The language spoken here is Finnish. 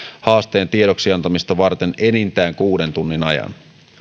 haasteen tiedoksiantamista varten enintään kuuden tunnin ajan